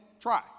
Try